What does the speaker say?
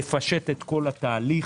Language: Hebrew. לפשט את כל התהליך.